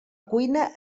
cuina